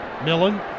Millen